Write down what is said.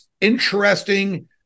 interesting